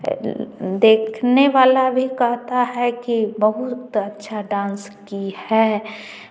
देखने वाला भी कहता है कि बहुत अच्छा डांस की है